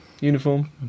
uniform